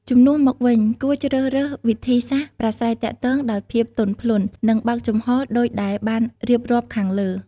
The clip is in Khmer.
ជំនួសមកវិញ គួរជ្រើសរើសវិធីសាស្ត្រប្រាស្រ័យទាក់ទងដោយភាពទន់ភ្លន់ និងបើកចំហរដូចដែលបានរៀបរាប់ខាងលើ។